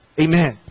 amen